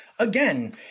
Again